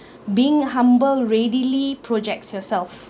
being humble readily projects yourself